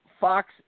Fox